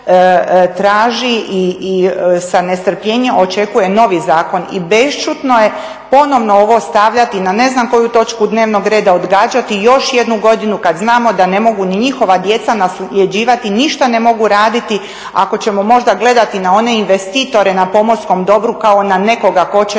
traži i sa nestrpljenjem očekuje novi zakon i bešćutno je ponovno ovo stavljati na ne znam koju točku dnevnog reda, odgađati još jednu godinu kad znamo da ne mogu ni njihova djeca nasljeđivati, ništa ne mogu raditi. Ako ćemo možda gledati na one investitore na pomorskom dobru kao na nekoga tko će